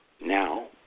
Now